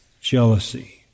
jealousy